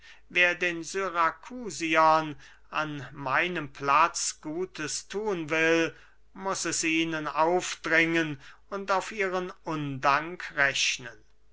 wer den syrakusanern an meinem platz gutes thun will muß es ihnen aufdringen und auf ihren undank rechnen